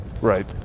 Right